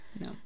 No